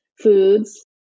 foods